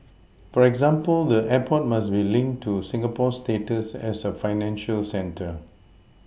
for example the airport must be linked to Singapore's status as a financial centre